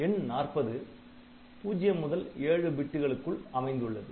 எண் 40 பூஜ்யம் முதல் ஏழு பிட்டுகளில் உள்ளது